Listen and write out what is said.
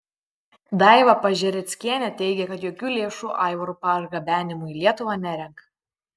daiva pažereckienė teigė kad jokių lėšų aivaro pargabenimui į lietuvą nerenka